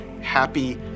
happy